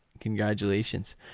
congratulations